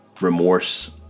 remorse